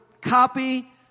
copy